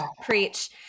preach